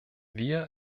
wir